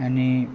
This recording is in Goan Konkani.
आनी